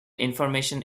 information